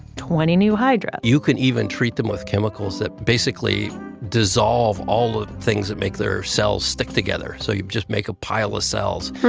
twenty new hydra hydra you can even treat them with chemicals that basically dissolve all the things that make their cells stick together. so you just make a pile of cells,